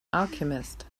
alchemist